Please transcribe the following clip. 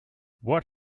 what